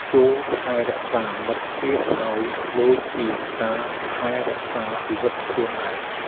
ចូរថែរក្សាមិត្តភាពឱ្យដូចជាការថែរក្សាជីវិតខ្លួនឯង។